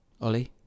Ollie